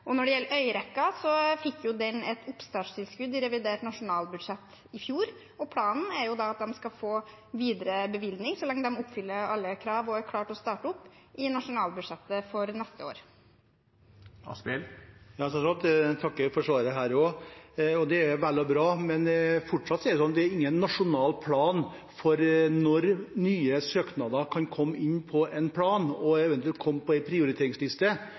gjelder Øyrekka, fikk den et oppstartstilskudd i revidert nasjonalbudsjett i fjor, og planen er at de skal få videre bevilgning, så lenge de oppfyller alle krav og er klare til å starte opp, i nasjonalbudsjettet for neste år. Jeg takker for svaret her også. Det er vel og bra, men fortsatt er det ingen nasjonal plan for når nye søknader kan komme inn på en plan og eventuelt komme på en prioriteringsliste.